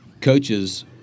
coaches –